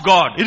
God